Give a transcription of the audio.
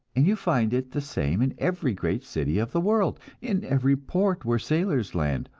and you find it the same in every great city of the world in every port where sailors land,